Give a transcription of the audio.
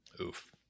Oof